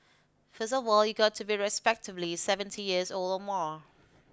first of all you've got to be respectably seventy years old or more